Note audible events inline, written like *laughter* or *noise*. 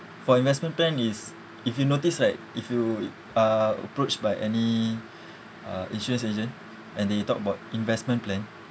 for investment plan is if you notice like if you are approached by any *breath* uh insurance agent and they talk about investment plan